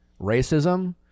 racism